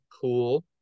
cool